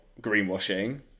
greenwashing